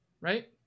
Right